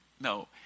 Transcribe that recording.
No